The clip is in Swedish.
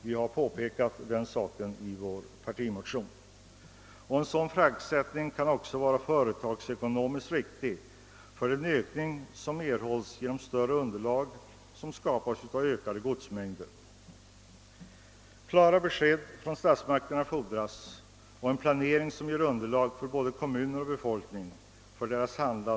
Vi har påpekat detta i vår partimotion. En sådan fraktsättning kan också vara företagsekonomiskt riktig genom det ökade underlag som större godsmängder ger. Det fordras klara besked från statsmakterna och en planering som ger en bas åt både kommuner och befolkning för handlandet.